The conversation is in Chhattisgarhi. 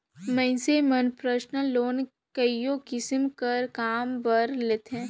मइनसे मन परसनल लोन कइयो किसिम कर काम बर लेथें